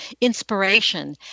inspiration